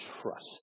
trust